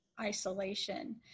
isolation